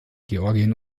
georgien